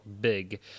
big